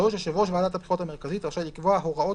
(3)יושב ראש ועדת הבחירות המרכזית רשאי לקבוע הוראות